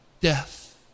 death